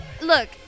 Look